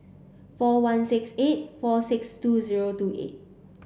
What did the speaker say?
four one six eight four six two zero two eight